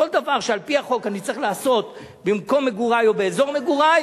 כל דבר שעל-פי החוק אני צריך לעשות במקום מגורי או באזור מגורי,